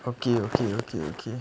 okay okay okay okay